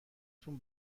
تون